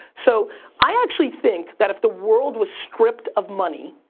so i actually think that if the world was stripped of money,